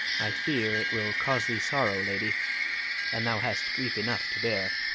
i fear it will cause thee sorrow, lady and thou hast grief enough to bear.